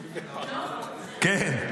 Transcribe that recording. --- כן.